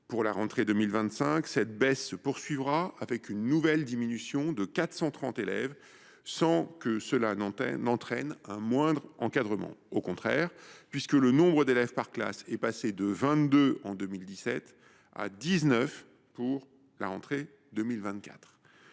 À la rentrée 2025, cette baisse se poursuivra, avec une nouvelle diminution de 430 élèves, sans que cela entraîne un moindre encadrement, au contraire, sachant que le nombre d’élèves par classe est déjà passé de 22 en 2017 à 19 à la rentrée 2024.